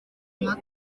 nka